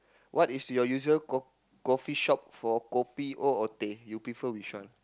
what is your usual co~ coffee shop for kopi O or teh you prefer which one